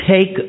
take